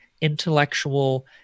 intellectual